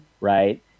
Right